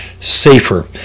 safer